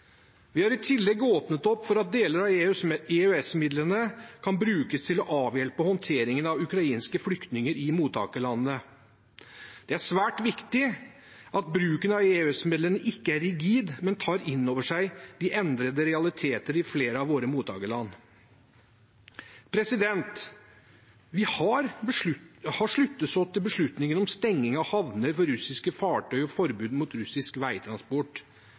Vi har i tillegg åpnet opp for at deler av EØS-midlene kan brukes til å avhjelpe håndteringen av ukrainske flyktninger i mottakerlandene. Det er svært viktig at bruken av EØS-midlene ikke er rigid, men tar inn over seg de endrede realiteter i flere av våre mottakerland. Vi har sluttet oss til beslutningen om stenging av havner for russiske fartøy og forbud mot russisk veitransport.